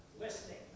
Listening